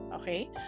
okay